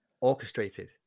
orchestrated